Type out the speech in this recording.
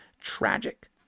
tragic